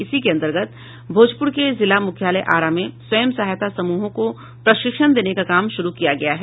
इसी के अंतर्गत भोजपुर के जिला मुख्यालय आरा में स्वयं सहायता समूहों को प्रशिक्षण देने का काम शुरू किया गया है